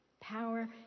Power